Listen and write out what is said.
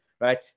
right